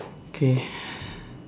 okay